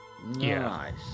Nice